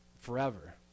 forever